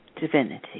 divinity